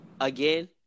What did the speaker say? again